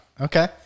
okay